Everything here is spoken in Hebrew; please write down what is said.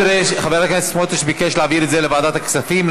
חבר הכנסת סמוטריץ ביקש להעביר את זה לוועדת הכספים,